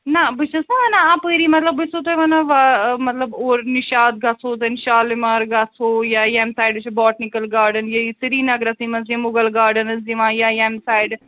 نہ بہٕ چھَس نا وَنان اَپٲرۍ مطلب بہٕ چھےٚ سَو تۄہہِ وَنان وٕمطلب اور نِشاط گژھَو دٮ۪ن شالیمار گژھَو یا ییٚمہِ سایڈٕ چھِ باٹِنِکَل گاڈَن یا یہِ سریٖنگرَسٕے منٛز چھِ مُغل گاڑَنٕز یِوان یا ییٚمہِ سایڈٕ